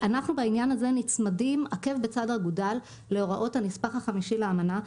אנחנו בעניין הזה נצמדים עקב בצד אגודל להוראות הנספח החמישי לאמנה.